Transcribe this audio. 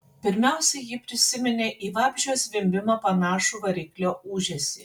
pirmiausia ji prisiminė į vabzdžio zvimbimą panašų variklio ūžesį